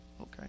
Okay